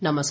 नमस्कार